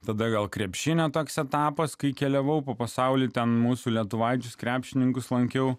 tada gal krepšinio toks etapas kai keliavau po pasaulį ten mūsų lietuvaičius krepšininkus lankiau